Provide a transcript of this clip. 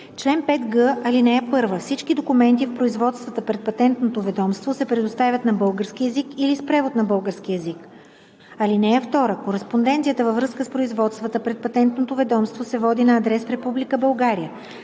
Чл. 5г. (1) Всички документи в производствата пред Патентното ведомство се представят на български език или с превод на български език. (2) Кореспонденцията във връзка с производствата пред Патентното ведомство се води на адрес в Република